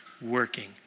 Working